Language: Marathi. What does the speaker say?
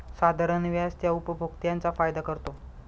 साधारण व्याज त्या उपभोक्त्यांचा फायदा करतो